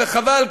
וחבל,